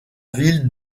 ville